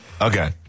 Okay